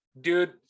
Dude